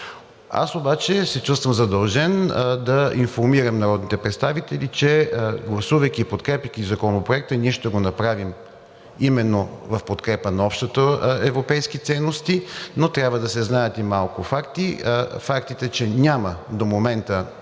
Аз обаче се чувствам задължен да информирам народните представители, че гласувайки и подкрепяйки Законопроекта, ние ще го направим именно в подкрепа на общите европейски ценности, но трябва да се знаят и малко факти – фактите, че няма до момента